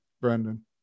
Brandon